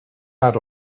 add